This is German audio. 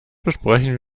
besprechen